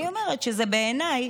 אני אומרת שבעיניי